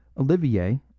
Olivier